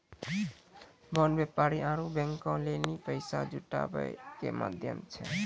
bond व्यापारी आरु बैंको लेली पैसा जुटाबै के माध्यम छै